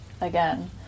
Again